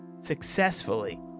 successfully